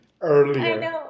earlier